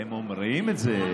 הם לא אומרים את זה.